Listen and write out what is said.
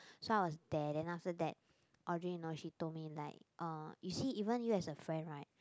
so I was there then after that Audrey you know she told me like uh you see even you as a friend right